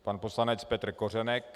Pan poslanec Petr Kořenek.